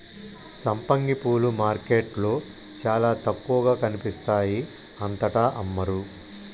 సంపంగి పూలు మార్కెట్లో చాల తక్కువగా కనిపిస్తాయి అంతటా అమ్మరు